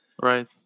Right